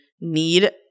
need